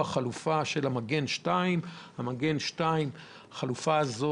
חלופה בדמות "המגן 2". החלופה הזאת,